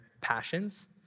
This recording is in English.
passions